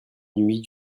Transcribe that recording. nuit